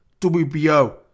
WBO